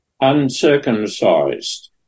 uncircumcised